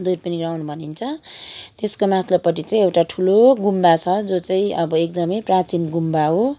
Durpin ground भनिन्छ त्यसको माथिल्लोपट्टि चाहिँ एउटा ठुलो गुम्बा छ जो चाहिँ अब एकदमै प्राचीन गुम्बा हो